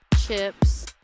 chips